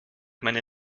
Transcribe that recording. meine